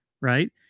right